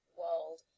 world